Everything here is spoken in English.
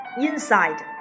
inside